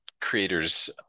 creators